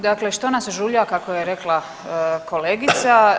Dakle, što nas žulja kako je rekla kolegica?